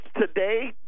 today